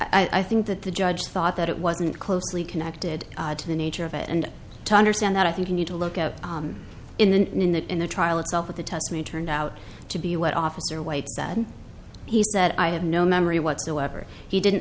i think that the judge thought that it wasn't closely connected to the nature of it and to understand that i think you need to look at in the in the trial itself of the testimony turned out to be what officer white said he said i have no memory whatsoever he didn't